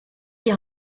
die